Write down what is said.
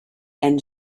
and